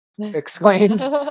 exclaimed